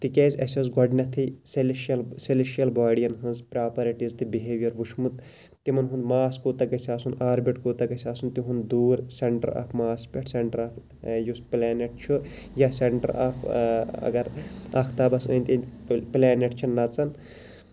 تکیاز اَسہِ ٲسۍ گۄڈٕنیٚتھٕے سیٚلِشَل سیٚلِشَل باڈیَن ہٕنٛز پراپَرٹیٖز تہٕ بِہیویر وُچھمُت تِمَن ہُنٛد ماس کوتاہ گَژھِ آسُن آربِٹ کوتاہ گَژھِ آسُن تِہُنٛد دوٗر سیٚنٹَر آف ماس پٮ۪ٹھ سیٚنٹَر آف یُس پلینٹ چھُ یا سیٚنٹَر آف اَگَر افتابَس أنٛدۍ أنٛدۍ پلینٹ چھِ نَژان